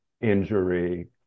injury